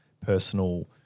personal